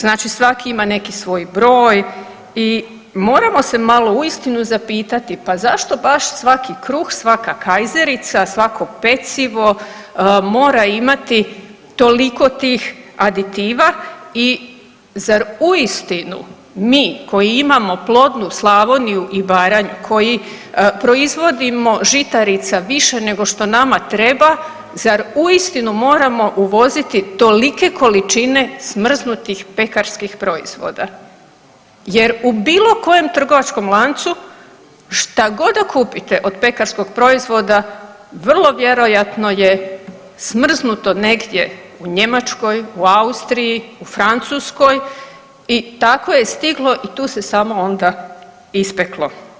Znači svaki ima neki svoj broj i moramo se malo uistinu zapitati pa zašto baš svaki kruh, svaka kajzerica, svako pecivo mora imati toliko tih aditiva i zar uistinu mi koji imamo plodnu Slavoniju i Baranju, koji proizvodimo žitarica više nego što nama treba, zar uistinu moramo uvoziti tolike količine smrznutih pekarskih proizvoda jer u bilo kojem trgovačkom lancu šta god da kupite od pekarskog proizvoda vrlo vjerojatno je smrznuto negdje u Njemačkoj, u Austriji, u Francuskoj i tako je stiglo i tu se samo onda ispeklo.